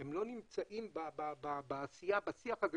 הם לא נמצאים בשיח הזה.